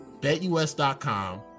BetUS.com